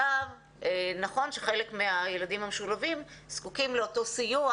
נכון שחלק מהילדים המשולבים זקוקים לאותו סיוע